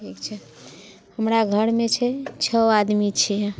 ठीक छै हमरा घरमे छै छओ आदमी छियै